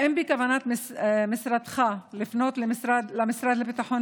האם בכוונת משרדך לפנות למשרד לביטחון